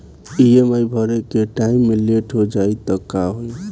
EMI भरे के time मे लेट हो जायी त का होई?